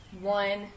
one